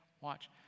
Watch